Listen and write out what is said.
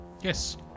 Yes